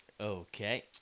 okay